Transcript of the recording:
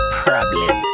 problem